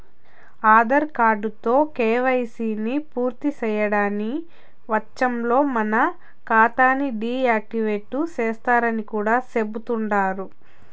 ఆదార్ కార్డుతో కేవైసీని పూర్తిసేయని వచ్చంలో మన కాతాని డీ యాక్టివేటు సేస్తరని కూడా చెబుతండారు